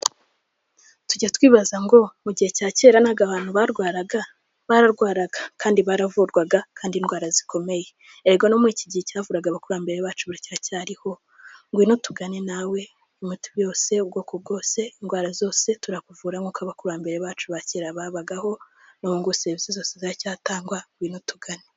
Tujya twibaza ngo mu gihe cya kera ntabwo abantu barwaraga, bararwaraga kandi baravurwaga kandi indwara zikomeye erega no muri iki gihe icyavuraga abakurambere bacu n'ubu kiracyariho. Ngwino utugane nawe imiti yose ubwoko bwose, indwara zose, turakuvura nk'uko abakurambere bacu ba kera babagaho n'ubu ngubu serivisi zose ziracyatangwa ngwino tugane.